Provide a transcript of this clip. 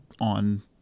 on